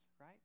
right